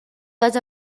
les